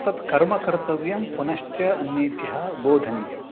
तत् कर्म कर्तव्यं पुनश्च अन्येभ्यः बोधनीयम्